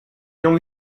non